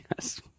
Yes